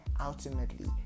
ultimately